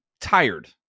tired